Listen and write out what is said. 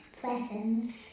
presents